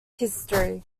history